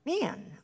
man